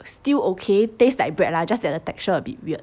still okay taste like bread lah just that the texture a bit weird